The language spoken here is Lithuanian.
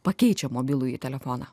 pakeičia mobilųjį telefoną